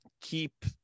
keep